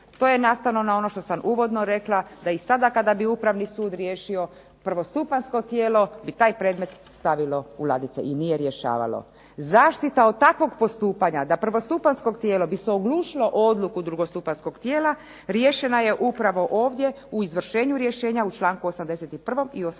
To je nastavno na ono što sam uvodno rekla, da i sada kada bi upravni sud riješio prvostupanjsko tijelo bi taj predmet stavilo u ladice i nije rješavalo. Zaštita od takvog postupanja da prvostupanjsko tijelo bi se oglušilo o odluku drugostupanjskog tijela riješena je upravo ovdje u izvršenju rješenja, u članku 81. i 82.,